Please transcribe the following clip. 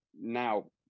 Now